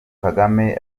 kagame